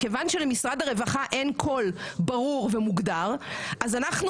מכיוון שלמשרד הרווחה אין קול ברור ומוגדר אז אנחנו